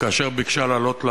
וכאשר ביקשה לעלות לבמה,